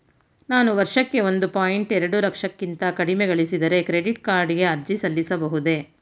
ನಾನು ವರ್ಷಕ್ಕೆ ಒಂದು ಪಾಯಿಂಟ್ ಎರಡು ಲಕ್ಷಕ್ಕಿಂತ ಕಡಿಮೆ ಗಳಿಸಿದರೆ ಕ್ರೆಡಿಟ್ ಕಾರ್ಡ್ ಗೆ ಅರ್ಜಿ ಸಲ್ಲಿಸಬಹುದೇ?